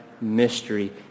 mystery